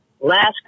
last